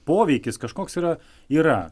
poveikis kažkoks yra yra